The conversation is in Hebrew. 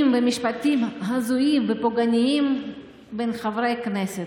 ומשפטים הזויים ופוגעניים בין חברי כנסת.